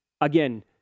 Again